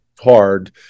hard